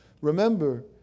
remember